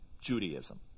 Judaism